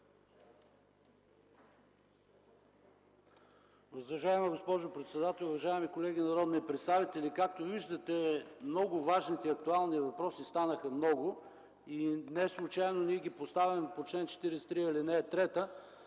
Уважаема госпожо председател, уважаеми колеги народни представители! Както виждате, важните и актуални въпроси станаха много. Неслучайно ние ги поставяме по реда на чл.